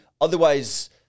otherwise